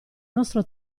nostro